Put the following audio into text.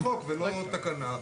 שיהיה חוק ולא תקנה,